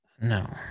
no